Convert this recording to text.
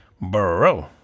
bro